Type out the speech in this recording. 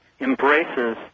embraces